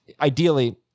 Ideally